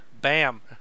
bam